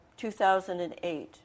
2008